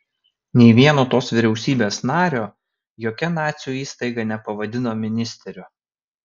nei vieno tos vyriausybės nario jokia nacių įstaiga nepavadino ministeriu